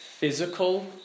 Physical